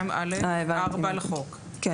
כן.